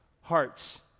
hearts